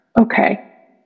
okay